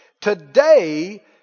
Today